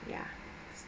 ya